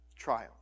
triumph